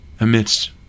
amidst